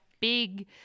big